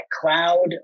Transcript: cloud